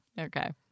Okay